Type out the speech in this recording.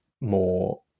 more